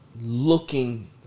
looking